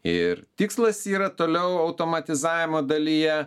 ir tikslas yra toliau automatizavimo dalyje